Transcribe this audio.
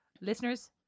listeners